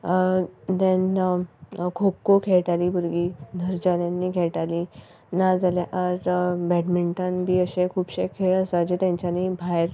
then kho kho खेळटालीं भुरगीं धरचान्यांनी खेळटालीं नाजाल्या आर बॅडमिंटन बी अशें खुबशे खेळ आसा जे तेंच्यानी भायर